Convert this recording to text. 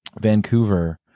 Vancouver